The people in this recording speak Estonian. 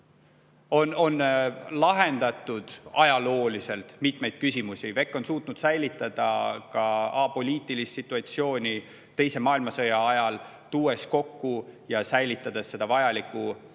on lahendatud ajalooliselt mitmeid küsimusi. WEC on suutnud säilitada apoliitilist situatsiooni teise maailmasõja ajal, tuues kokku ja säilitades vajalikku